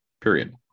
period